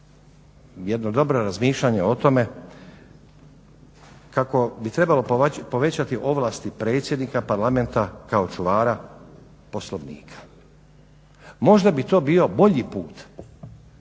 jedno dobro razmišljanje o tome kako bi trebalo povećati ovlasti predsjednika Parlamenta kao čuvara Poslovnika. Možda bi to bio bolji put